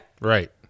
Right